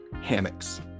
Hammocks